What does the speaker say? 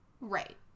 right